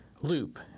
loop